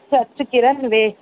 अचि अचि किरन वेहि